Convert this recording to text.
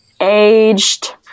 aged